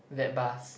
that bus